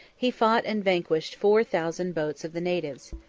he fought and vanquished four thousand boats of the natives.